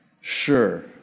sure